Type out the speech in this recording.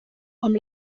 amb